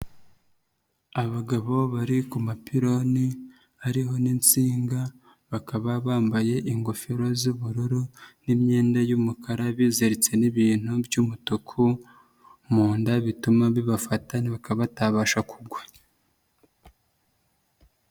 Abagabo bari ku mapironi, hariho n'insinga bakaba bambaye ingofero z'ubururu n'imyenda y'umukara biziritse n'ibintu by'umutuku mu nda bituma bibafata bakaba batabasha kugwa.